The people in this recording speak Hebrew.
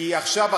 כי עכשיו,